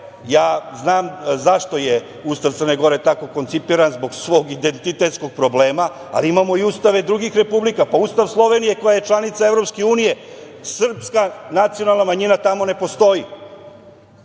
ja znam zašto je Ustav Crne gore tako koncipiran - zbog svog identitetskog problema, ali imamo i ustave drugih republika. Ustav Slovenije koja je članica Evropske unije, srpska nacionalna manjina tamo ne postoji.